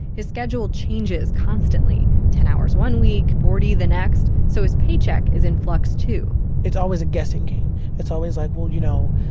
his schedule changes constantly ten hours one week, forty the next so his paycheck is in flux too it's always a guessing it's always like, well, you know,